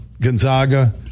Gonzaga